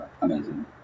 amazing